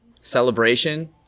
celebration